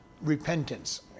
repentance